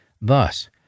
Thus